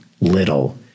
little